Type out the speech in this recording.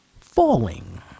falling